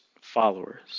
followers